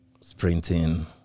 sprinting